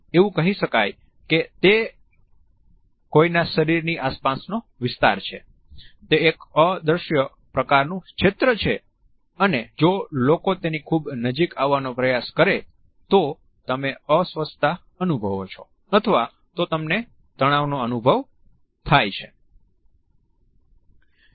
એવું કહી શકાય કે તે કોઈના શરીરની આસપાસનો વિસ્તાર છે તે એક અદ્રશ્ય પ્રકારનું ક્ષેત્ર છે અને જો લોકો તેની ખૂબ નજીક આવવાનો પ્રયાસ કરે તો તમે અસ્વસ્થતા અનુભવો છો અથવા તો તમને તણાવનો અનુભવ થાય છે